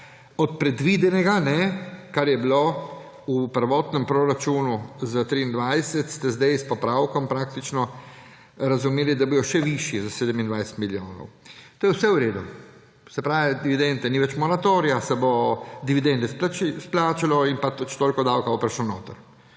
od predvidenega, kar je bilo v prvotnem proračunu za 2023, ste sedaj s popravkov praktično razumeli, da bodo še višji za 27 milijonov. To je vse v redu, se pravi, ni več moratorija, se bodo dividende izplačale in pač toliko davka bo prišlo notri.